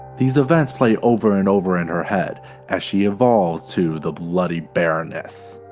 these events play over and over in her head as she evolves to the bloody baroness.